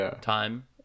time